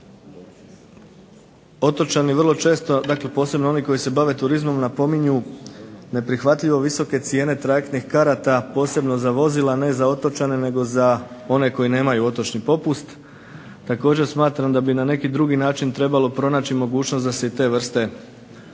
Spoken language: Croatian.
otočani vrlo često, a dakle posebno oni koji se bave turizmom napominju neprihvatljivo visoke cijene trajektnih karata posebno za vozila ne za otočane nego za one koji nemaju otočni popust. Također, smatram da bi na neki drugi način trebalo pronaći mogućnost da se i te vrste,